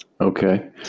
Okay